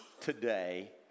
today